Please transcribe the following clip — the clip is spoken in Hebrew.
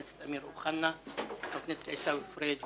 הכנסת אמיר אוחנה וחבר הכנסת עיסאווי פריג'